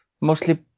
Mostly